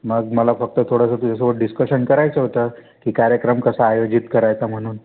मग मला फक्त थोडंसं तुझ्यासोबत डिस्कशन करायचं होतं की कार्यक्रम कसा आयोजित करायचा म्हणून